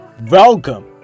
Welcome